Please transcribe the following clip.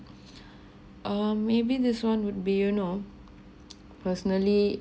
or maybe this one would be you know personally